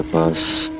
us.